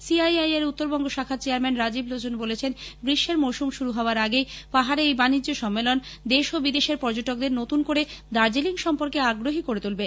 সিআইআইএর উত্তরবঙ্গ শাখার চেয়ারম্যান রাজীব লোচন বলেছেন গ্রীষ্মের মরসুম শুরু হওয়ার আগেই পাহাড়ে এই বাণিজ্য সম্মেলন দেশ ও বিদেশের পর্যটকদের নতুন করে দার্জিলিং সম্পর্কে আগ্রহী করে তুলবে